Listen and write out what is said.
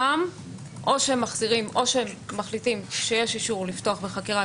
שם או שהם מחזירים או שהם מחליטים שיש אישור לפתוח בחקירה,